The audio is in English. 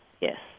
yes